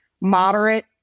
moderate